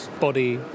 body